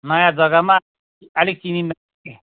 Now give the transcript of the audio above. नयाँ जग्गामा अलिक चिनिनँ नि